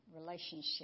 relationship